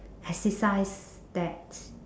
exercise that